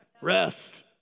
rest